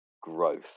growth